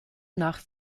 nach